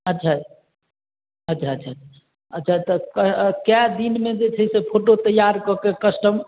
अच्छा अच्छा अच्छा अच्छा तऽ कै दिनमे जे छै से फोटो तैआर कऽ कऽ कस्टम